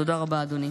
תודה רבה אדוני.